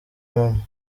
mama